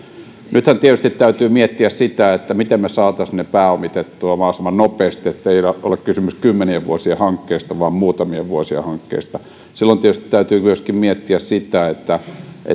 nythän tietysti täytyy miettiä sitä miten me saisimme ne pääomitettua mahdollisimman nopeasti niin ettei ole kysymys kymmenien vuosien hankkeista vaan muutamien vuosien hankkeista silloin täytyy tietysti miettiä myöskin sitä